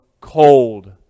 cold